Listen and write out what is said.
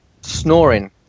snoring